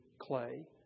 Clay